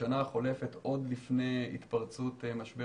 בשנה החולפת עוד לפני התפרצות משבר